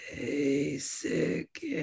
basic